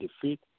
defeat